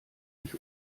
ich